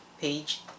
page